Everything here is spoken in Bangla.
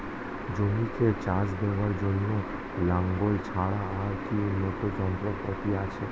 জমিতে চাষ দেওয়ার জন্য লাঙ্গল ছাড়া আর কি উন্নত যন্ত্রপাতি আছে?